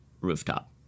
rooftop